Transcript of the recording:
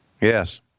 Yes